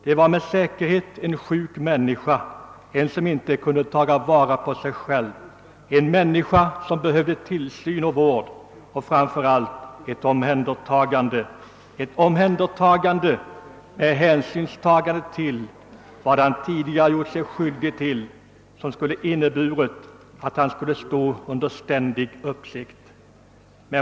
Han varmed säkerhet en sjuk människa, som inte kunde taga vara på sig själv, en människa som behövde tillsyn, vård och framför allt omhändertagande, med hänsyn till vad han tidigare gjort sig skyldig till, vilket skulle innebära att han måste stå under ständig uppsikt.